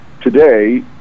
today